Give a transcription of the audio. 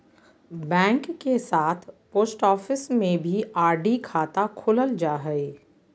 bank के साथ post office में भी आर.डी खाता खोलल जा हइ